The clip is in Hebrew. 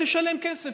תשלם כסף,